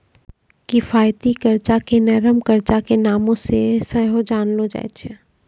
किफायती कर्जा के नरम कर्जा के नामो से सेहो जानलो जाय छै